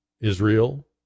Israel